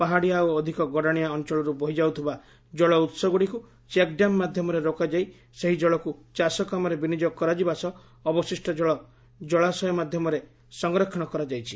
ପାହାଡିଆ ଓ ଅଧିକ ଗଡାଣିଆ ଅଅଳରୁ ବହି ଯାଉଥିବା ଜଳଉହଗୁଡିକୁ ଚେକଡ୍ୟାମ ମାଧ୍ଧମରେ ରୋକାଯାଇ ସେହି ଜଳକୁ ଚାଷକାମରେ ବିନିଯୋଗ କରାଯିବା ସହ ଅବଶିଷ୍ ଜଳ ଜଳାଶ୍ରୟ ମଧ୍ଧମରେ ସଂରକ୍ଷଣ କରାଯାଇଛି